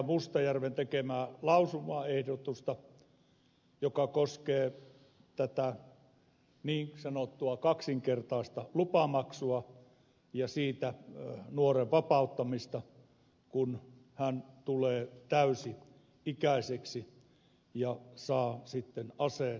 mustajärven tekemää lausumaehdotusta joka koskee niin sanottua kaksinkertaista lupamaksua ja nuoren vapauttamista siitä kun hän tulee täysi ikäiseksi ja saa sitten aseen omakseen